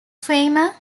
famer